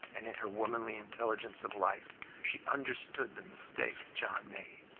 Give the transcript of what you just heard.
and in her womanly intelligence of life she understood the mistake john made.